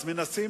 אז מנסים,